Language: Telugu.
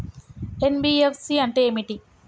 ఎన్.బి.ఎఫ్.సి అంటే ఏమిటి?